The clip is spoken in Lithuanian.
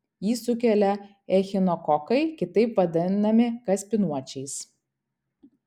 jį sukelia echinokokai kitaip vadinami kaspinuočiais